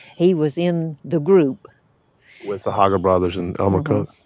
he was in the group with the hoggle brothers and elmer cook?